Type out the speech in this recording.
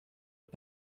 het